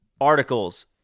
Articles